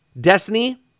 Destiny